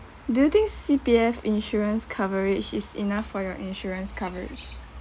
do you think C_P_F insurance coverage is enough for your insurance coverage